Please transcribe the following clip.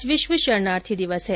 आज विश्व शरणार्थी दिवस है